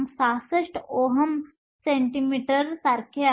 66 Ω सेमी सारखे आहे